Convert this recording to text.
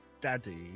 daddy